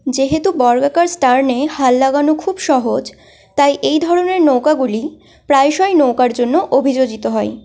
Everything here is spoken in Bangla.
যেহেতু বর্গাকার স্টার্নে হাল লাগানো খুব সহজ তাই এই ধরনের নৌকাগুলি প্রায়শই নৌকার জন্য অভিযোজিত হয়